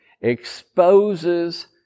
exposes